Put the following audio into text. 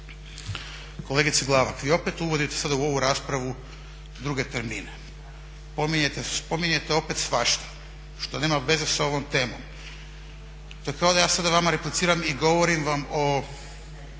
Kolegice Glavak, vi opet uvodite sad u ovu raspravu druge termine. Spominjete opet svašta što nema veza sa ovom temom. To je kad da ja sada vama repliciram i govorim vam o